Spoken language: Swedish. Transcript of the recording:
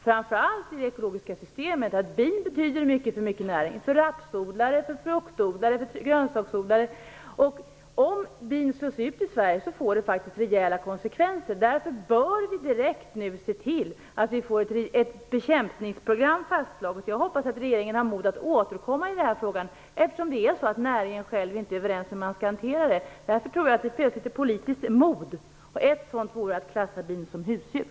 Bin har stor betydelse för framför allt det ekologiska systemet, för rapsodlare, fruktodlare och grönsaksodlare. Om bina slås ut i Sverige blir det rejäla konsekvenser. Därför bör vi direkt se till att få ett bekämpningsprogram fastslaget. Jag hoppas att regeringen har mod att återkomma i frågan eftersom man inom näringen inte är överens om hur frågan skall hanteras. Det behövs ett politiskt mod, t.ex. att klassa bin som husdjur.